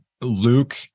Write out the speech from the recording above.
Luke